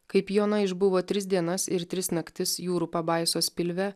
kaip joana išbuvo tris dienas ir tris naktis jūrų pabaisos pilve